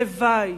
הלוואי.